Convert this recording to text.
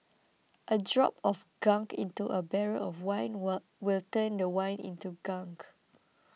a drop of gunk into a barrel of wine will will turn the wine into gunk